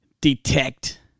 detect